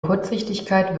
kurzsichtigkeit